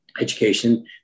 education